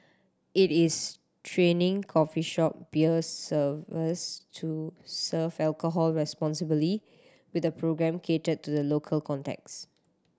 it is training coffee shop beer servers to serve alcohol responsibly with a programme catered to the local context